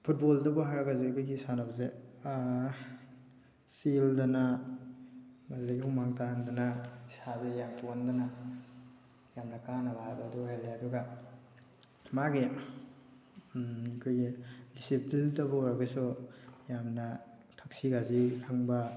ꯐꯨꯠꯕꯣꯜꯗꯕꯨ ꯍꯥꯏꯔꯒꯁꯨ ꯑꯩꯈꯣꯏꯒꯤ ꯁꯥꯟꯅꯕꯁꯦ ꯆꯦꯜꯗꯅ ꯑꯗꯩ ꯍꯨꯃꯥꯡ ꯇꯥꯍꯟꯗꯅ ꯏꯁꯥꯁꯦ ꯌꯥꯡꯊꯣꯛꯍꯟꯗꯅ ꯍꯦꯟꯅ ꯌꯥꯝꯅ ꯀꯥꯅꯕ ꯍꯥꯏꯕꯗꯨ ꯑꯣꯏꯍꯜꯂꯦ ꯑꯗꯨꯒ ꯃꯥꯒꯤ ꯑꯩꯈꯣꯏꯒꯤ ꯗꯤꯁꯤꯄ꯭ꯂꯤꯟꯗꯕꯨ ꯑꯣꯏꯔꯒꯁꯨ ꯌꯥꯝꯅ ꯊꯛꯁꯤ ꯈꯥꯁꯤ ꯈꯪꯕ